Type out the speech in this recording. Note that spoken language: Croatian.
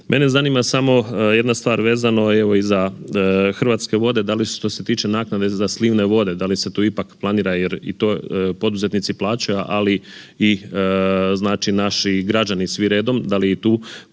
Mene zanima samo jedna stvar, vezano je za Hrvatske vode da li što se tiče naknade za slivne vode da li se tu ipak planira jer i to poduzetnici plaćaju, ali i naši građani svi redom, da li i tu postoji